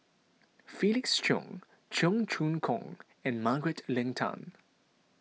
Felix Cheong Cheong Choong Kong and Margaret Leng Tan